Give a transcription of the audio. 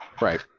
Right